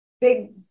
big